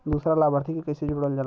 दूसरा लाभार्थी के कैसे जोड़ल जाला?